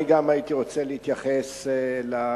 גם אני הייתי רוצה להתייחס למפונים.